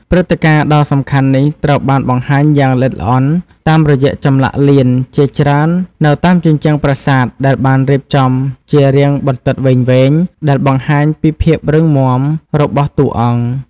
ព្រឹត្តិការណ៍ដ៏សំខាន់នេះត្រូវបានបង្ហាញយ៉ាងល្អិតល្អន់តាមរយៈចម្លាក់លៀនជាច្រើននៅតាមជញ្ជាំងប្រាសាទដែលបានរៀបចំជារាងបន្ទាត់វែងៗដែលបង្ហាញពីភាពរឹងមាំរបស់តួអង្គ។